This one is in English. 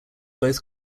both